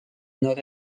nord